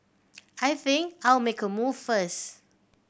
I think I'll make a move first